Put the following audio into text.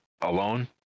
alone